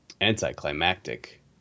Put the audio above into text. anticlimactic